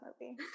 movie